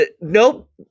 Nope